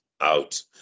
out